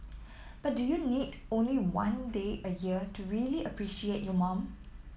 but do you need only one day a year to really appreciate your mom